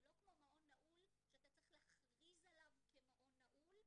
זה לא כמו מעון נעול שאתה צריך להכריז עליו כמעון נעול,